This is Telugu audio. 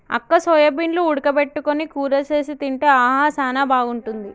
అక్క సోయాబీన్లు ఉడక పెట్టుకొని కూర సేసి తింటే ఆహా సానా బాగుంటుంది